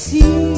See